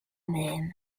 même